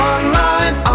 Online